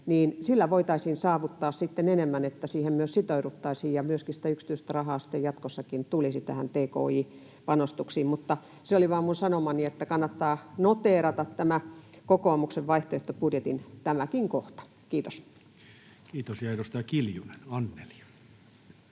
mahdollinen, voitaisiin saavuttaa enemmän sitä, että siihen myös sitouduttaisiin ja näihin tki-panostuksiin sitten jatkossakin tulisi myöskin sitä yksityistä rahaa. Se oli vain minun sanomani, että kannattaa noteerata kokoomuksen vaihtoehtobudjetin tämäkin kohta. — Kiitos. Kiitos. — Ja edustaja Kiljunen, Anneli.